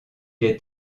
est